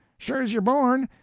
sure's you're born!